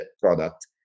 product